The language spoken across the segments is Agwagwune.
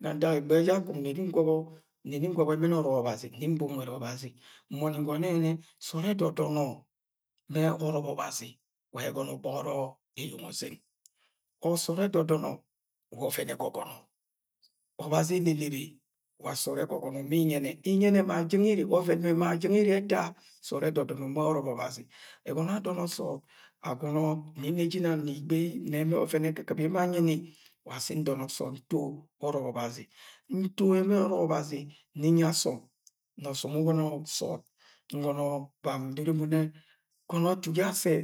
Ga ntak egbeghe je akong nni ngọbọ, nni ngo̱bọ emen ọrọk ọbazi nni nbo nwed obazi nboni ngono nne yẹnẹ so̱o̱d ẹdọdọnọ ma o̱ro̱bo ọbazi wa aye ego̱no̱ o̱gbo̱gọrọ eyeng ọzeng. Ga so̱o̱d e̱dẹ dọne wa ọven ẹgogono, ọbazi enenebe wa so̱o̱d egogono ma iyene. Iyene ma jeng oven ma je̱ng ere ye̱ eta sood ẹdọdonọma o̱ro̱bo̱ ọbazi. Egono ado̱no̱ so̱o̱d ago no nẹ ire je̱ inans ma igbei ma ove̱n ekɨkɨp ue emo anyi ni wa se ndo̱nọ sọọd nto o̱ro̱bo̱ ọbazi. Nto emen ọrọk ọbazi nni nyi asm na ọsọm wẹ ugo̱no̱ so̱o̱d idoro bam, ndoro emo nne gọnọ etu ye̱ assẹ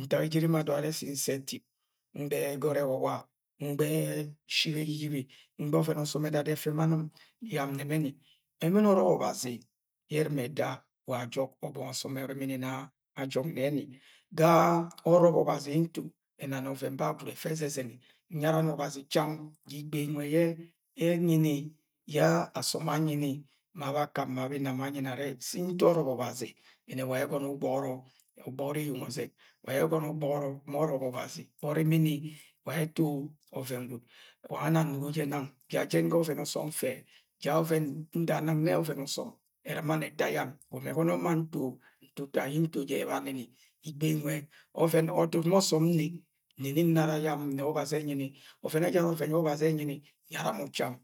ntak ejere emo adoroni ane se̱ nse̱ tip Ngbai ẹgot ewawa, ngbai shi eyi-ybe, ngbai ọvẹn ọsọm edada ẹfe ma yam nemeni Ẹmen ọrọk ọbazi yẹ erɨma eta wa jọk ọbọngọ ọsọm orimini na ajọk neni. Ga ọrọbọ ye nto, ẹnani ọven ba gwud ẹfẹ ẹzẹzẹngi Nya ani ọbazi cham sa igbei nire ye̱ enyini yẹ asom anyini, ma bakam ma be inam anyini, ma bakam ma be̱ inam anyini are se̱ nto o̱ro̱bo ọbazi ye̱ne̱wa aye ẹgọnọ o̱gbo̱go̱ro̱, ogbosoro eyens ọzeng wa aye ẹsonọ ọgbọ gọrọ ma ọrọbọ obazi Ọrimini wa aye eto ọven gwud. Wango ẹnani nnugo le̱ nans. Ja ien sa ọven ọsọm nfe, ja ọven nda nne oven osom e̱rɨmani eta yam. Egomo gọnọ ye nma nto ntuta, ye nto je ẹbanini. igbei nwe, ọdodma osom nne. Nne nni nara yam nẹ ọbazi enyini. Ọven ejara oven enyini nyara mo̱ cham.